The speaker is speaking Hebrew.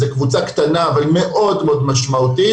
זה קבוצה קטנה אבל מאוד משמעותית,